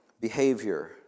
behavior